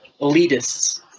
Elitists